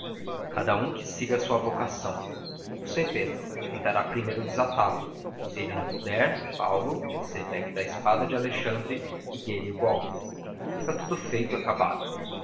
cada um que siga a sua vocação você pedro tentará primeiro desatá lo se ele não puder paulo você pegue da espada de alexandre e dê-lhe o golpe fica tudo feito e acabado